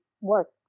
work